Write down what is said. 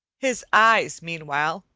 his eyes, meanwhile,